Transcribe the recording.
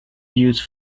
use